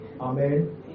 Amen